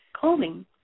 calming